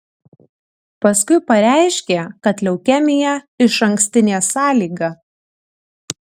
paskui pareiškė kad leukemija išankstinė sąlyga